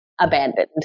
abandoned